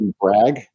brag